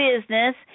business